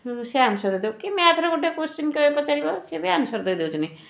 ହୁଁ ସେ ଆନ୍ସର ଦେଉ କି ମ୍ୟାଥର ଗୋଟେ କୋସ୍ଚିନ୍ କ ପଚାରିବ ସେ ବି ଆନ୍ସର ଦେଇଦେଉଛନ୍ତି